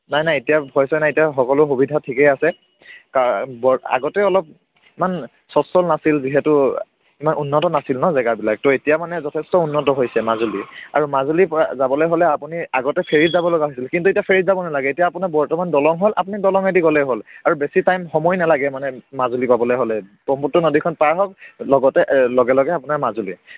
নাই নাই এতিয়া ভয় চয় নাই এতিয়া সকলো সুবিধা ঠিকেই আছে আগতে অলপমান সচ্ছল নাছিল যিহেতু ইমান উন্নত নাছিল ন জেগাবিলাক ত' এতিয়া মানে যথেষ্ট উন্নত হৈছে মাজুলী আৰু মাজুলীৰপৰা যাবলৈ হ'লে আপুনি আগতে ফেৰীত যাব লগা হৈছিল কিন্তু এতিয়া ফেৰীত যাব নালাগে এতিয়া আপোনাৰ বৰ্তমান দলং হ'ল আপুনি দলঙেদি গ'লেই হ'ল আৰু বেছি টাইম সময় নালাগে মানে মাজুলী পাবলৈ হ'লে ব্ৰক্ষ্মপুত্ৰ নদীখন পাৰ হওক লগতে লগে লগে আপোনাৰ মাজুলী